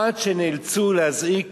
עד שנאלצו להזעיק